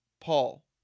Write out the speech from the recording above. Paul